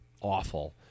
awful